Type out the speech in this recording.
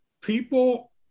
people